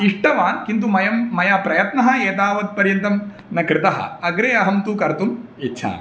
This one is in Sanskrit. इष्टवान् किन्तु मया मया प्रयत्नः एतावत्पर्यन्तं न कृतः अग्रे अहं तु कर्तुम् इच्छामि